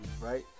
right